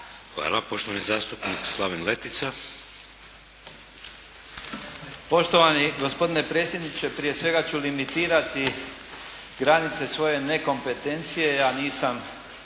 Slaven (Nezavisni)** Poštovani gospodine predsjedniče. Prije svega ću limitirati granice svoje nekompetencije. Ja nisam